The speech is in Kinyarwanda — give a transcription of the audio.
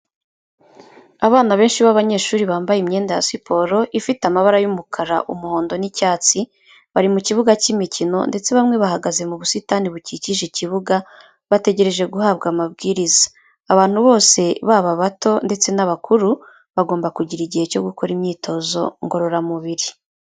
Abana benshi b'abanyeshuri bambaye imyenda ya siporo ifite amabara y'umukara umuhondo n'icyatsi bari mu kibuga cy'imikino, ndetse bamwe bahagaze mu busitani bukikije ikibuga bategereje guhabwa amabwiriza. Abantu bose baba abato ndetse n'abakuru bagomba kugira igihe cyo gukora imyitozo ngororamubiri.